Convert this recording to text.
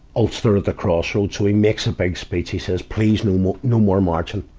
ulster at the crossroads. so he makes a big speech he says, please, no more, no more marching.